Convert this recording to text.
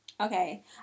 okay